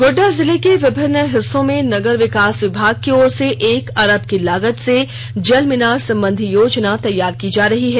गोड्डा जिले के विभिन्न हिस्सों में नगर विकास विभाग की ओर से एक अरब की लागत से जल मीनार संबंधी योजना तैयार की जा रही है